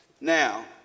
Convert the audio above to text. Now